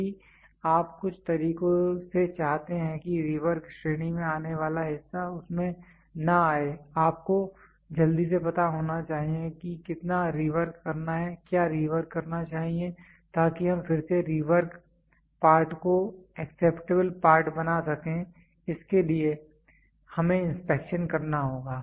यदि आप कुछ तरीकों से चाहते हैं कि रिवर्क श्रेणी में आने वाला हिस्सा उसमें ना आए आपको जल्दी से पता होना चाहिए कि कितना रिवर्क करना है क्या रिवर्क करना चाहिए ताकि हम फिर से रिवर्क पार्ट को एक्सेप्टेबल पार्ट बना सकें इसके लिए हमें इंस्पेक्शन करना होगा